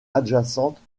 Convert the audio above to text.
adjacentes